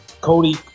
Cody